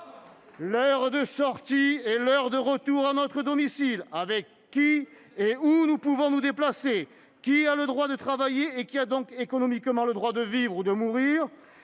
l'heure de sortie et l'heure de retour à notre domicile, avec qui et où nous pouvons nous déplacer, qui a le droit de travailler, qui a économiquement le droit de vivre ou de mourir,